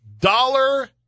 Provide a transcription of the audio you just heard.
dollar